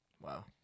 wow